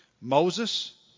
Moses